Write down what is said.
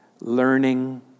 learning